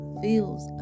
feels